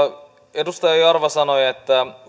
edustaja jarva sanoi että